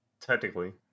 Technically